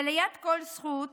וליד כל זכות